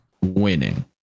Winning